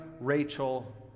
Rachel